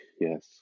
yes